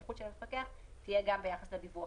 בנק הדואר לא מפוקח על ידי בנק ישראל,